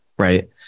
Right